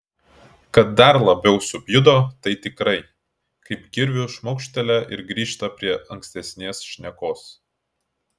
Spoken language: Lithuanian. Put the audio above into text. kad dar labiau supjudo tai tikrai kaip kirviu šmaukštelia ir grįžta prie ankstesnės šnekos